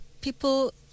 people